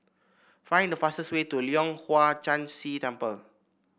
find the fastest way to Leong Hwa Chan Si Temple